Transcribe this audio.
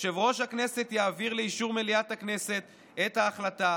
יושב-ראש הכנסת יעביר לאישור מליאת הכנסת את ההחלטה,